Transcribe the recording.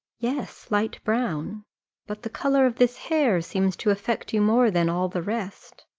yes, light brown but the colour of this hair seems to affect you more than all the rest.